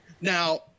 Now